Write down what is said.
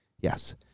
Yes